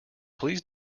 please